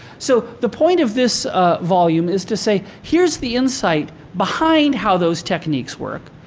so, the point of this volume is to say, here's the insight behind how those techniques work,